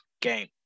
game